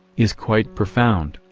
is quite profound,